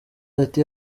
ati